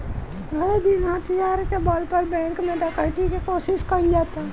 आये दिन हथियार के बल पर बैंक में डकैती के कोशिश कईल जाता